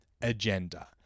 agenda